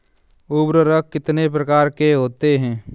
उर्वरक कितने प्रकार के होते हैं?